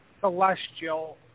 celestial